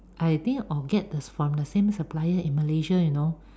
I think or get from the same supplier in Malaysia you know